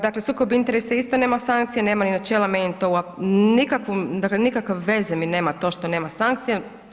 Dakle, sukob interesa isto nema sankcije, nema ni načela, meni to nikakvu, dakle nikakve veze mi nema to što nema sankcija.